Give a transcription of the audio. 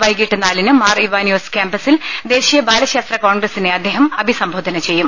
വൈകിട്ട് നാലിന് മാർ ഇവാനിയോസ് ക്യാംപസിൽ ദേശീയ ബാലശാസ്ത്ര കോൺഗ്രസിനെ അദ്ദേഹം അഭിസംബോധന ചെയ്യും